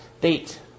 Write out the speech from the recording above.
date